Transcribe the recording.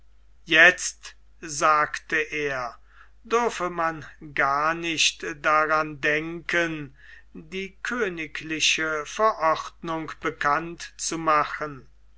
jetzt sagte er dürfe man gar nicht daran denken die königliche verordnung bekannt zu machen